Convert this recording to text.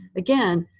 again,